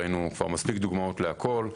ראינו כבר מספיק דוגמאות להכול,